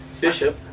Bishop